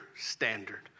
standard